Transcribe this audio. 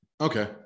Okay